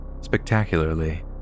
spectacularly